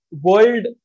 world